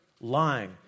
lying